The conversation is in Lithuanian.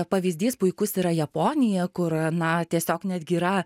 pavyzdys puikus yra japonija kur na tiesiog netgi yra